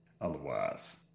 otherwise